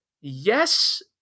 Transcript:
Yes